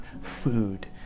food